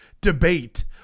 debate